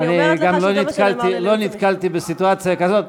לא נתקלתי בסיטואציה כזאת,